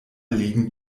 liegen